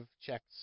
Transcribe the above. checks